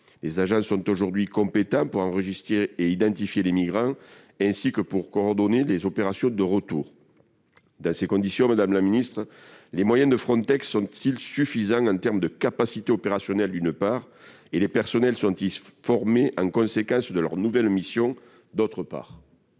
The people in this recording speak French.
Les agents sont aujourd'hui compétents pour enregistrer et identifier les migrants, ainsi que pour coordonner les opérations de retour. Dans ces conditions, madame la ministre, les moyens de Frontex sont-ils suffisants en capacité opérationnelle ? Les personnels sont-ils formés pour leurs nouvelles missions ? La parole